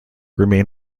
remain